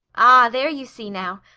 ah, there you see now!